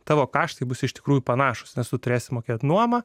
tavo kaštai bus iš tikrųjų panašūs nesuturėsi mokėt nuomą